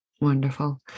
Wonderful